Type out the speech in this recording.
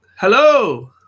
Hello